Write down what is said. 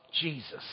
Jesus